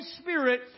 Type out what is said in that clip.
spirit